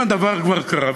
אם הדבר כבר קרה,